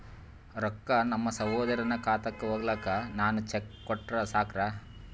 ರೊಕ್ಕ ನಮ್ಮಸಹೋದರನ ಖಾತಕ್ಕ ಹೋಗ್ಲಾಕ್ಕ ನಾನು ಚೆಕ್ ಕೊಟ್ರ ಸಾಕ್ರ?